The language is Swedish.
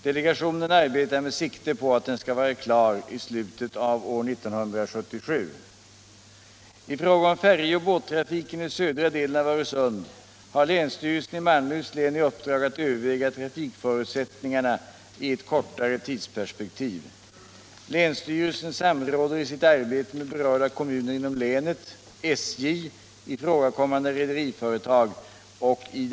Delegationen arbetar med sikte på att den skall vara klar i slutet av år 1977.